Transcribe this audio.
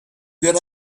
good